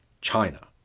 China